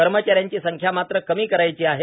कर्मचाऱ्यांची संख्या मात्र कमी करायची आहे